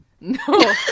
No